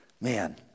Man